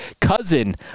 cousin